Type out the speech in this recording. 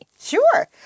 Sure